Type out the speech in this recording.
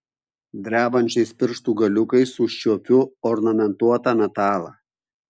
drebančiais pirštų galiukais užčiuopiu ornamentuotą metalą